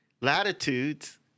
latitudes